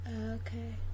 okay